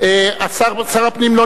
אני